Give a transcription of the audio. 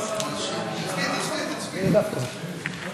הנושא לוועדת הפנים והגנת הסביבה נתקבלה.